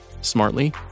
smartly